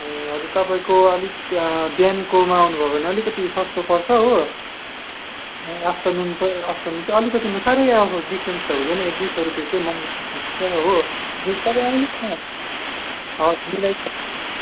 ए हजुर तपाईँको अलिक बिहानकोमा आउनुभयो भने अलिकति सस्तो पर्छ हो आफ्टर नुन प आफ्टर नुन चाहिँ अलिकति म साह्रै अब डिफरेन्स त हुँदैन एक दुई सौ रुपियाँ चाहिँ महँगो सस्तो हुन्छ हो हजुर तपाईँ आउनुहोस् न हजुर मिलाइदिई हाल्छौँ नि